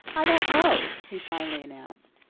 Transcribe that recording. i don't know, he finally announced,